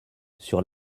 sur